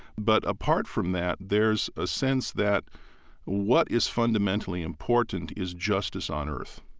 but apart from that, there's a sense that what is fundamentally important is justice on earth.